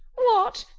what,